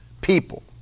people